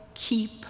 Keep